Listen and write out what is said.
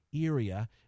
area